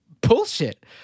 bullshit